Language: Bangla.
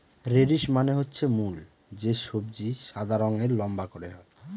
রেডিশ মানে হচ্ছে মূল যে সবজি সাদা রঙের লম্বা করে হয়